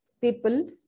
people